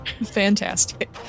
Fantastic